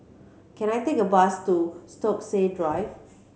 can I take a bus to Stokesay Drive